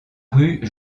rue